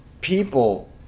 people